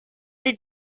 did